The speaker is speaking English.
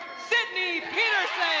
sydney petersen.